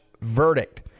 verdict